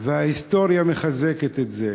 וההיסטוריה מחזקת את זה.